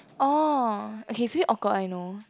oh okay it's very awkward I know